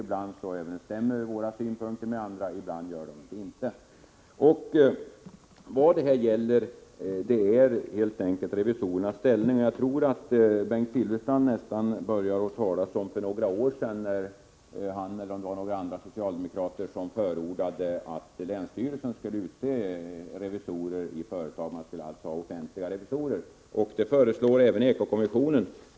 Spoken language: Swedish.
Ibland överensstämmer våra synpunkter med andra partiers, ibland gör de inte det. Här gäller det helt enkelt revisorernas ställning. Bengt Silfverstrand började nästan tala som för några år sedan när han och några andra socialdemokrater förordade att länsstyrelsen skulle utse revisorer i företagen. Man skulle alltså ha offentliga revisorer. Det föreslår även Eko-kommissionen.